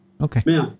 Okay